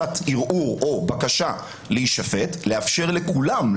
ערעור או בקשה להישפט לאפשר לכולם,